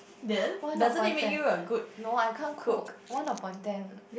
one upon ten no I can't cook one upon ten